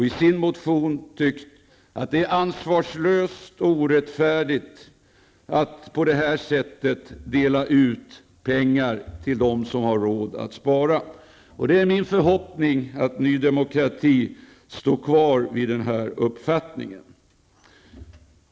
I sin motion har Ny Demokrati tyckt att det är ansvarslöst och orättfärdigt att på det här sättet dela ut pengar till dem som har råd att spara. Det är min förhoppning att Ny Demokrati står kvar vid denna uppfattning.